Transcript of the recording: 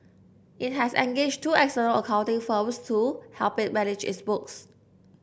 it has engaged two external accounting firms to help it manage its books